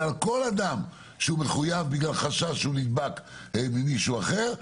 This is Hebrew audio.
אלא לכל אדם שמחויב בגלל החשש שהוא נדבק ממישהו אחר.